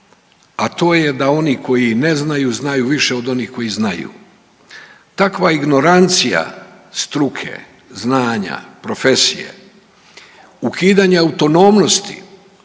a to je da oni koji ne znaju znaju više od onih koji znaju. Takva ignorancija struke, znanja, profesije, ukidanja autonomnosti